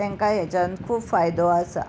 तांकां हेच्यान खूब फायदो आसा